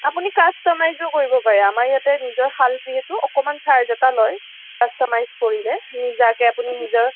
আপুনি কাষ্টমাইজো কৰিব পাৰে আমাৰ ইয়াতে নিজৰ শাল যিহেতু অকণমান চাৰ্জ এটা লয় কাষ্টমাইজ কৰিলে নিজাকৈ আপুনি নিজৰ